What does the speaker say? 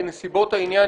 בנסיבות העניין,